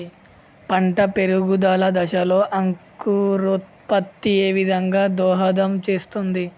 పంట పెరుగుదల దశలో అంకురోత్ఫత్తి ఏ విధంగా దోహదం చేస్తుంది?